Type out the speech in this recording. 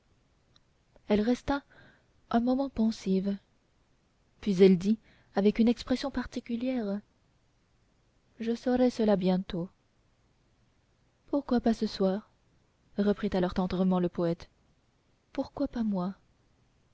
elle resta un moment pensive puis elle dit avec une expression particulière je saurai cela bientôt pourquoi pas ce soir reprit alors tendrement le poète pourquoi pas moi